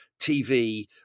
tv